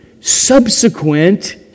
subsequent